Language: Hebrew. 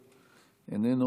איננו,